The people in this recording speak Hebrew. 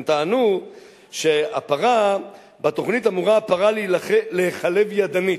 הם טענו שבתוכנית "אמורה הפרה להיחלב ידנית",